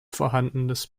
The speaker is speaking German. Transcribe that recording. vorhandenes